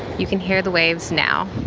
you can hear the waves now.